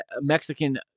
Mexican